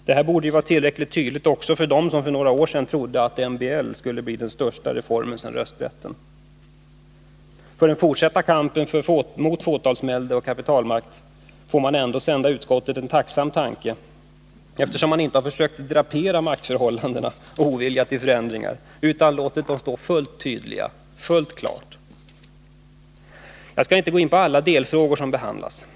Detta borde vara tillräckligt tydligt också för dem som för några år sedan trodde att MBL skulle bli den största reformen sedan den allmänna rösträtten genomfördes. Inför den fortsatta kampen mot fåtalsvälde och kapitalmakt får man ändå ägna utskottet en tacksam tanke, eftersom man inte försökt drapera maktförhållandena och oviljan till förändringar utan låtit dem stå fullt klara och tydliga. Jag skall inte gå in på alla delfrågor som behandlas.